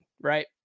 right